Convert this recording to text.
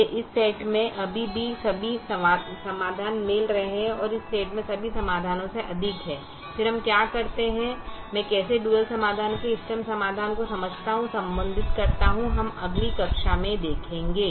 मुझे इस सेट में अभी भी सभी समाधान मिल रहे हैं जो इस सेट में सभी समाधानों से अधिक हैं फिर हम क्या करते हैं मैं कैसे डुअल समाधान के इष्टतम समाधान को समझता और संबंधित करता हूं जो हम अगली कक्षा में देखेंगे